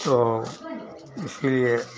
तो इसके लिए